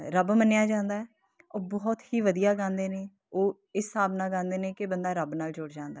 ਰੱਬ ਮੰਨਿਆ ਜਾਂਦਾ ਉਹ ਬਹੁਤ ਹੀ ਵਧੀਆ ਗਾਉਂਦੇ ਨੇ ਉਹ ਇਸ ਹਿਸਾਬ ਨਾਲ ਗਾਉਂਦੇ ਨੇ ਕਿ ਬੰਦਾ ਰੱਬ ਨਾਲ ਜੁੜ ਜਾਂਦਾ